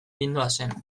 gindoazen